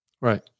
Right